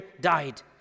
died